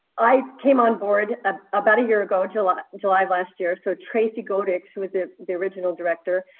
i came on board ah about a year ago, july july of last year. so tracy godich, who the the original director,